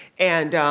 and